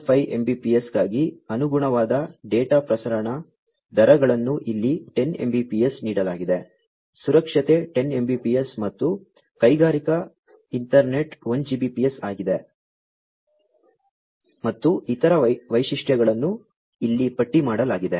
5 Mbps ಗಾಗಿ ಅನುಗುಣವಾದ data ಪ್ರಸರಣ ದರಗಳನ್ನು ಇಲ್ಲಿ 10 mbps ನೀಡಲಾಗಿದೆ ಸುರಕ್ಷತೆ 10 Mbps ಮತ್ತು ಕೈಗಾರಿಕಾ ಈಥರ್ನೆಟ್ 1Gbps ಆಗಿದೆ ಮತ್ತು ಇತರ ವೈಶಿಷ್ಟ್ಯಗಳನ್ನು ಇಲ್ಲಿ ಪಟ್ಟಿ ಮಾಡಲಾಗಿದೆ